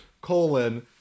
colon